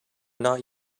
not